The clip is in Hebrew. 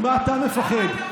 מה אתם מפחדים?